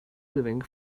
living